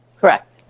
Correct